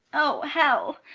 o hell!